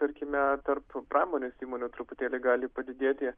tarkime tarp pramonės įmonių truputėlį gali padidėti